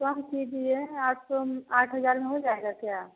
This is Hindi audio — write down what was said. कम कीजिए आठ सौ आठ हजार में हो जाएगा क्या